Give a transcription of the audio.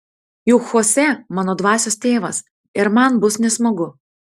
juk chosė mano dvasios tėvas ir man bus nesmagu